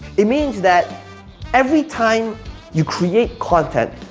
it means that every time you create content,